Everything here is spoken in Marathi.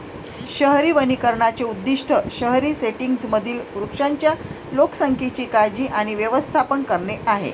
शहरी वनीकरणाचे उद्दीष्ट शहरी सेटिंग्जमधील वृक्षांच्या लोकसंख्येची काळजी आणि व्यवस्थापन करणे आहे